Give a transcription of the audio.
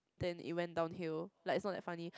then it went downhill like it's not that funny